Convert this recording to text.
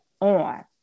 on